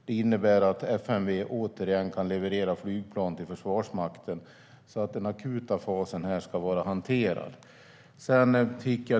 Det innebär att FMV återigen kan leverera flygplan till Försvarsmakten. Den akuta fasen ska därmed vara över. Jag fick kl.